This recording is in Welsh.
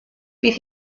bydd